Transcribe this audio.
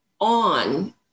on